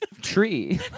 tree